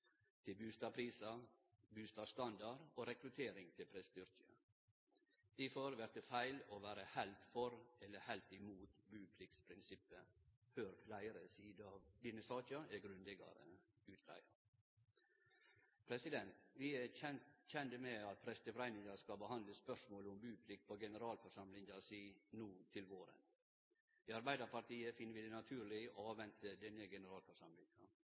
vert det feil å vere heilt for eller heilt imot bupliktprinsippet før fleire sider av denne saka er grundigare utgreidde. Vi er kjende med at Presteforeningen skal behandle spørsmålet om buplikt på generalforsamlinga si no til våren. I Arbeidarpartiet finn vi det naturleg å avvente denne